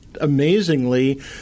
amazingly